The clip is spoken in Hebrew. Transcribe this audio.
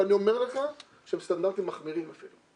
ואני אומר לך שהם סטנדרטים מחמירים אפילו.